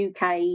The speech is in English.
uk